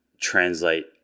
translate